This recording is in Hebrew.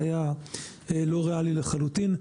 שהיה לא ריאלי לחלוטין.